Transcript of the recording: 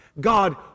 God